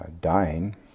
dying